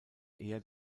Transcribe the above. eher